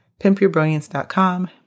pimpyourbrilliance.com